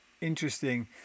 interesting